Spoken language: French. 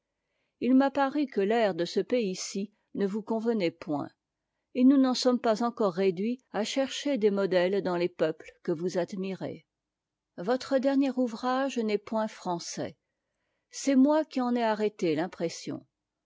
il m'a paru que l'air de ce paysa ci ne vous convenait point et nous n'en sommes pas encore réduits à chercher des modèles dans les peuples que vous admirez votre dernier ouvrage n'est point français c'est moi ci qui en ai arrêté l'impression